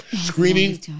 screening